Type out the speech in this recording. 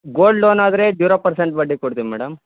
gold loan ಆದರೆ zero percent ಬಡ್ಡಿ ಕೊಡ್ತಿವಿ ಮೇಡಮ್